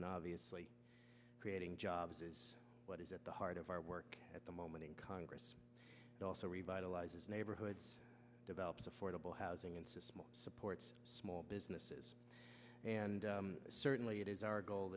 and obviously creating jobs is what is at the heart of our work at the moment in congress also revitalise neighborhood develops affordable housing and supports small businesses and certainly it is our goal